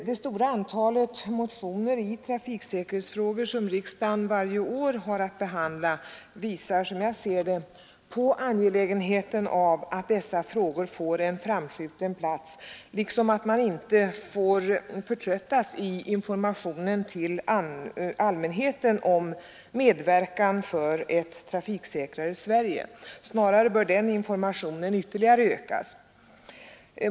Det stora antalet motioner i trafiksäkerhetsfrågor som riksdagen varje år har att behandla visar, såsom jag ser det, på angelägenheten av att dessa frågor får en framskjuten plats i debatten liksom att man inte får förtröttas i informationen till allmänheten om medverkan för ett trafiksäkrare Sverige. Snarare bör den informationen ytterligare ökas.